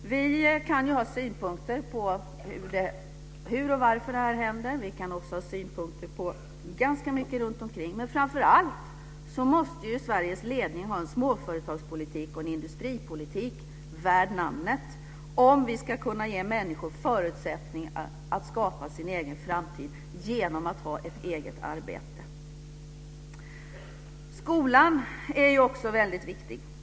Vi kan ju ha synpunkter på hur och varför detta händer. Vi kan också ha synpunkter på ganska mycket runtomkring. Men framför allt måste Sveriges ledning ha en småföretagspolitik och en industripolitik värd namnet om vi ska kunna ge människor förutsättningar att skapa sin egen framtid genom att ha ett eget arbete. Skolan är också väldigt viktig.